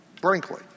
Brinkley